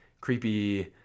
creepy